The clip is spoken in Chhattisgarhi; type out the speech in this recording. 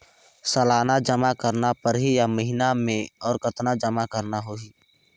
सालाना जमा करना परही या महीना मे और कतना जमा करना होहि?